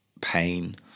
pain